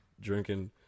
drinking